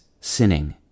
sinning